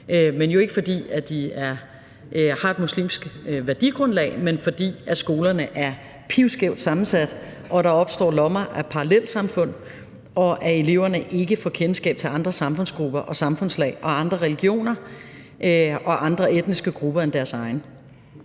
– jo ikke, fordi de har et muslimsk værdigrundlag, men fordi skolerne er pilskævt sammensat, og at der opstår lommer af parallelsamfund, og at eleverne ikke får kendskab til andre samfundsgrupper og samfundslag og andre religioner og andre etniske grupper end deres egen.